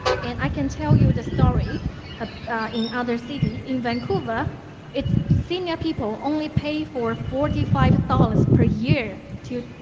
and i can tell you the story ah in other city. in vancouver its senior people only pay for forty five dollars per year too,